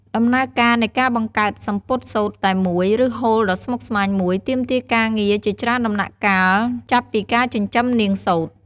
ដំណើរការនៃការបង្កើតសំពត់សូត្រតែមួយ ឬហូលដ៏ស្មុគស្មាញមួយ ទាមទារការងារជាច្រើនដំណាក់កាល ចាប់ពីការចិញ្ចឹមនាងសូត្រ។